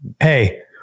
hey